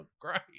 great